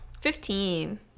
fifteen